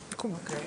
מקובל.